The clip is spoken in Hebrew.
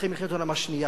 אחרי מלחמת העולם השנייה,